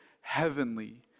heavenly